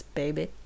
baby